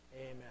amen